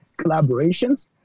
collaborations